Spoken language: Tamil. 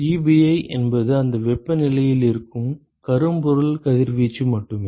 Ebi என்பது அந்த வெப்பநிலையில் இருக்கும் கரும்பொருள் கதிர்வீச்சு மட்டுமே